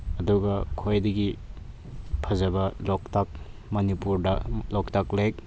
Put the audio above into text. ꯑꯗꯨꯒ ꯈ꯭ꯋꯥꯏꯗꯒꯤ ꯐꯖꯕ ꯂꯣꯛꯇꯥꯛ ꯃꯅꯤꯄꯨꯔꯗ ꯂꯣꯛꯇꯥꯛ ꯂꯦꯛ